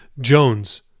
Jones